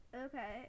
okay